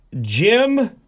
Jim